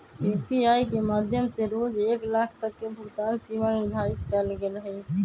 UPI के माध्यम से रोज एक लाख तक के भुगतान सीमा निर्धारित कएल गेल हइ